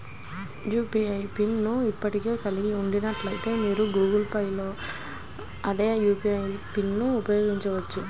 UPI pin ను ఇప్పటికే కలిగి ఉన్నట్లయితే, మీరు గూగుల్ పే లో అదే యూ.పీ.ఐ పిన్ను ఉపయోగించవచ్చు